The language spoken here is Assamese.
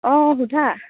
অঁ সোধা